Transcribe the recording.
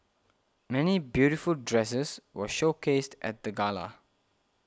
many beautiful dresses were showcased at the gala